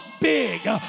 big